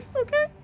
okay